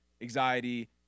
anxiety